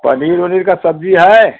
पनीर उनीर का सब्जी है